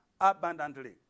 abundantly